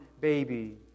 baby